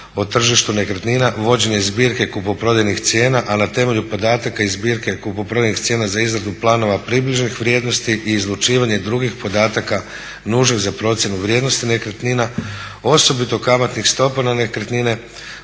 o tržištu nekretnina, vođenje zbirke kupoprodajnih cijena a na temelju podataka iz zbirke kupoprodajnih cijena za izradu planova približnih vrijednosti i izlučivanje drugih podataka nužnih za procjenu vrijednosti nekretnina, osobito kamatnih stopa na nekretnine,